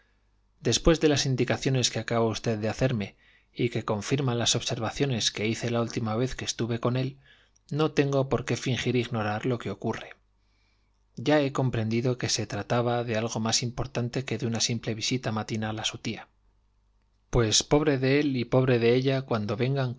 después de las indicaciones que acaba usted de hacerme y que confirman las observaciones que hice la última vez que estuve con él no tengo por qué fingir ignorar lo que ocurre ya he comprendido que se trataba de algo más importante que de una simple visita matinal a su tía pues pobre de él y pobre de ella cuando vengan cosas